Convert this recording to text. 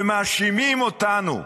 ומאשימים אותנו,